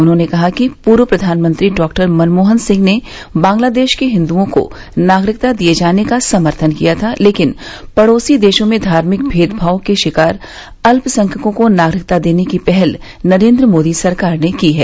उन्होंने कहा कि पूर्व प्रधानमंत्री डॉक्टर मनमोहन सिंह ने बांग्लादेश के हिंदुओं को नागरिकता दिए जाने का सम्थन किया था लेकिन पड़ोसी देशों में घार्मिक भेदभाव के शिकार अल्पसंख्यकों को नागरिकता देने की पहल नरेन्द्र मोदी सरकार ने की है